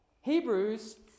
Hebrews